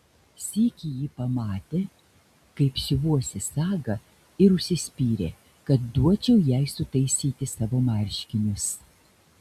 sykį ji pamatė kaip siuvuosi sagą ir užsispyrė kad duočiau jai sutaisyti savo marškinius